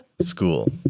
school